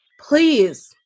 please